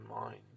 mind